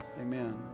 Amen